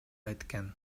айткан